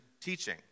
teaching